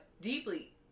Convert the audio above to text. Deeply